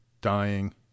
dying